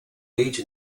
age